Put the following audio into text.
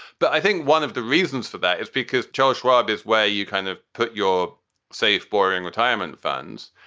but i think one of the reasons for that is because charles schwab is where you kind of put your safe, boring retirement funds.